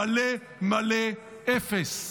מלא מלא אפס.